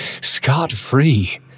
scot-free